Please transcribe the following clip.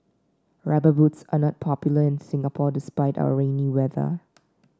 rubber boots are not popular in Singapore despite our rainy weather